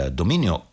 dominio